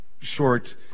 short